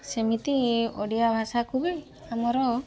ସେମିତି ଓଡ଼ିଆ ଭାଷାକୁ ବି ଆମର